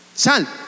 Sal